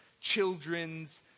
children's